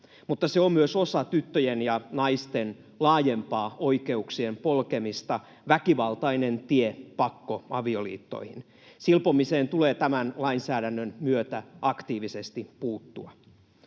mutta se on myös osa tyttöjen ja naisten laajempaa oikeuksien polkemista, väkivaltainen tie pakkoavioliittoihin. Silpomiseen tulee tämän lainsäädännön myötä aktiivisesti puuttua.